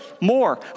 More